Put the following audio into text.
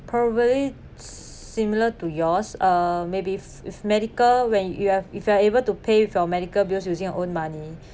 probably similar to yours uh maybe if if medical when you have if you are able to pay for your medical bills using your own money